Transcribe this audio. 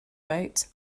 boat